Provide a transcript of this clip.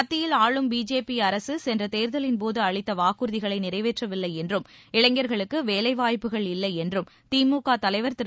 மத்தியில் ஆளும் பிஜேபி அரசு சென்ற தேர்தலின்போது அளித்த வாக்குறுதிகளை நிறைவேற்றவில்லை என்றும் இளைஞர்களுக்கு வேலைவாய்ப்புகள் இல்லை என்றும் திமுக தலைவர் திரு